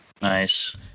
Nice